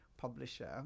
publisher